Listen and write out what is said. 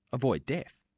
avoid death'.